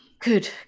Good